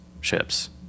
ships